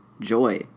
joy